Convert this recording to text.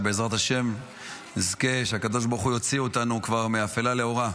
שבעזרת השם נזכה שהקדוש ברוך הוא יוציא אותנו כבר מאפלה לאורה,